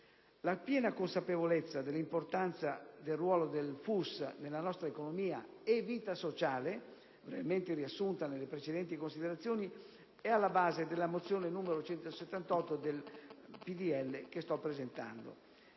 La piena consapevolezza dell'importanza del ruolo del FUS nella nostra economia e vita sociale, brevemente riassunta nelle precedenti considerazioni, è alla base della mozione n. 178 del PdL che sto illustrando.